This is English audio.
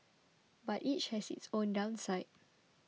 but each has its own downside